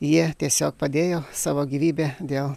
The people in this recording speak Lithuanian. jie tiesiog padėjo savo gyvybę dėl